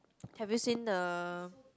have you seen the